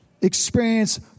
experience